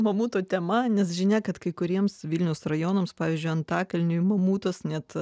mamuto tema nes žinia kad kai kuriems vilniaus rajonams pavyzdžiui antakalniui mamutas net